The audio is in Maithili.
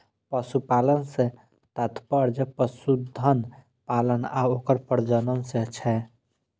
पशुपालन सं तात्पर्य पशुधन पालन आ ओकर प्रजनन सं छै